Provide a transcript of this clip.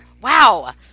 Wow